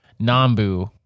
Nambu